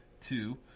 Two